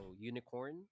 Unicorn